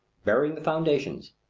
burying the foundations,